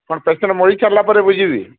କ'ଣ ପେସେଣ୍ଟ ମରି ସାରିଲା ପରେ ବୁଝିବି